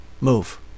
move